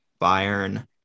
Bayern